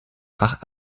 fach